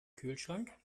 kühlschrank